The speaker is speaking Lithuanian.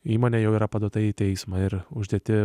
įmonė jau yra paduota į teismą ir uždėti